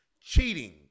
cheating